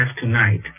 tonight